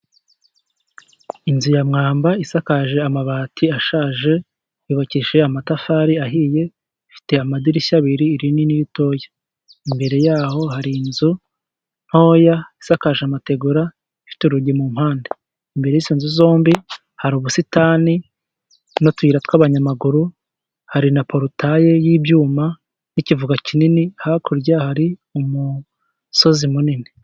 Inzu ya mwamba isakaje amabati ashaje yubakishije amatafari ahiye. Ifite amadirishya abiri, irinini n'iritoya. Imbere yaho hari inzu ntoya isakaje amategura, ifite urugi mu mpande. Imbere y'izo nzu zombi, hari ubusitani n'utuyira tw'abanyamaguru. Hari na porutaye y'ibyuma n'ikivoka kinini. Hakurya hari umusozi munini.